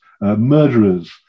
murderers